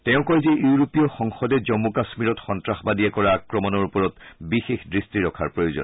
তেওঁ কয় যে ইউৰোপীয় সংসদে জন্মু কাশ্মীৰত সন্নাসবাদীয়ে কৰা আক্ৰমণৰ ওপৰত বিশেষ দৃষ্টি ৰখাৰ প্ৰয়োজন